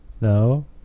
No